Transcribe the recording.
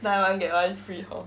buy one get one free hor